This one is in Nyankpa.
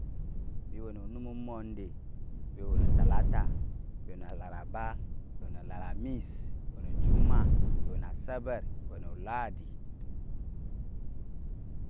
Bi wena onum monday, bi wena talata, bi wena laraba, bi wena lamis, bi wena juma, bi wenaasabar, bi wena oladi,